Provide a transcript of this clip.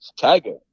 Tiger